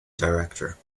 director